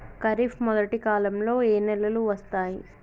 ఖరీఫ్ మొదటి కాలంలో ఏ నెలలు వస్తాయి?